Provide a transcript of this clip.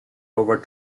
over